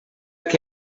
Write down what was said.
que